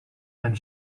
and